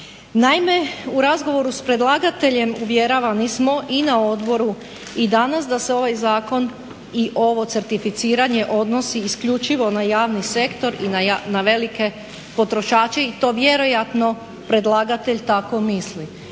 Naime, u razgovoru s predlagateljem uvjeravani smo i na odboru i danas da se ovaj Zakon i ovo ceritificiranje odnosi isključivo na javni sektor i na velike potrošače i to vjerojatno predlagatelj tako misli.